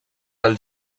del